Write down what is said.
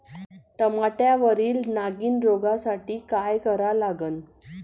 टमाट्यावरील नागीण रोगसाठी काय करा लागन?